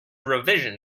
revision